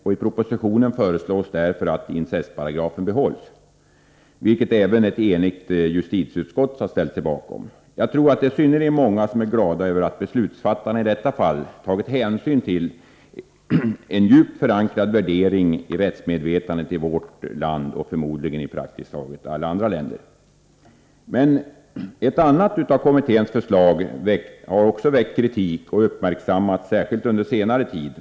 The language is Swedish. I propositionen föreslås således att incestparagrafen behålls, något som även ett enigt justitieutskott ställt sig bakom. Jag tror att synnerligen många är glada över att beslutsfattarna i detta fall tagit hänsyn till en värdering som är djupt förankrad i rättsmedvetandet hos människor i vårt land och förmodligen även i praktiskt taget alla andra länder. Men även ett annat av kommitténs förslag har väckt kritik och uppmärksammats särskilt under senare tid.